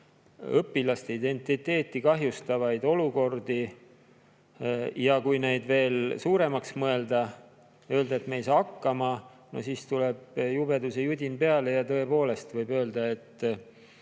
õpilaste identiteeti. Kui neid veel suuremaks mõelda ja öelda, et me ei saa hakkama, siis tuleb jubeduse judin peale ja tõepoolest võib öelda, et